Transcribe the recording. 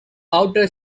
outer